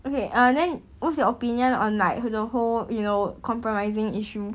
okay uh then what's your opinion on like to the whole you know compromising issue